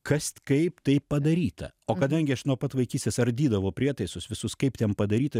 kas kaip tai padaryta o kadangi aš nuo pat vaikystės ardydavau prietaisus visus kaip ten padaryta